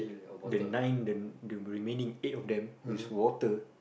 the nine the the remaining eight of them who is water